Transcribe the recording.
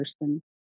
person